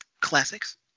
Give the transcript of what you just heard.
classics